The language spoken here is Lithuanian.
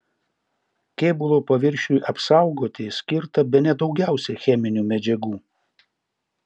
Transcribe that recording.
kėbulo paviršiui apsaugoti skirta bene daugiausiai cheminių medžiagų